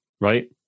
right